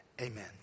Amen